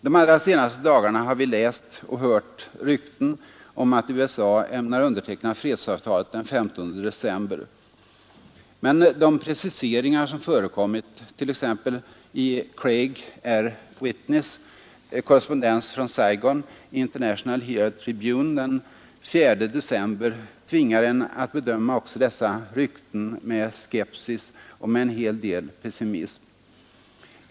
De allra senaste dagarna har vi hört och läst rykten om att USA ämnar underteckna fredsavtalet den 15 december. Men de preciseringar som förekommit, t.ex. i Craig R. Whitneys korrespondens från Saigon i International Herald Tribune den 4 december, tvingar en att bedöma också dessa rykten med skepsis och med en hel del pessimism.